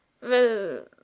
Well